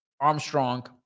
Armstrong